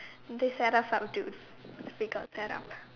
they set up some dudes difficult set up